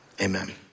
amen